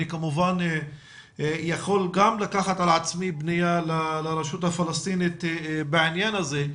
אני כמובן יכול גם לקחת על עצמי פנייה לרשות הפלסטינית בעניין הזה,